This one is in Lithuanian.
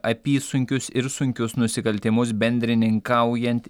apysunkius ir sunkius nusikaltimus bendrininkaujant